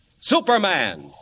Superman